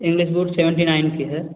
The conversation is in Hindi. इंग्लिस बोर्ड सेवेन्टी नाइन की है